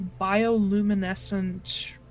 bioluminescent